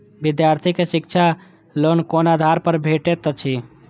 विधार्थी के शिक्षा लोन कोन आधार पर भेटेत अछि?